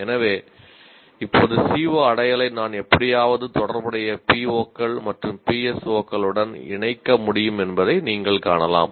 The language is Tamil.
எனவே இப்போது CO அடையலை நான் எப்படியாவது தொடர்புடைய PO கள் மற்றும் PSO களுடன் இணைக்க முடியும் என்பதை நீங்கள் காணலாம்